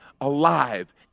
alive